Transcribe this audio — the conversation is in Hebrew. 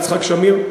יצחק שמיר,